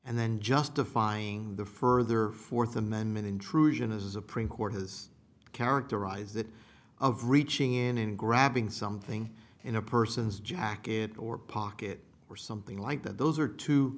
and then justifying the further fourth amendment intrusion a supreme court has characterized that of reaching in and grabbing something in a person's jacket or pocket or something like that those are two